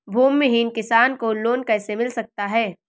भूमिहीन किसान को लोन कैसे मिल सकता है?